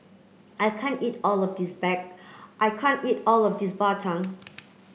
I can't eat all of this bag I can't eat all of this Bak Chang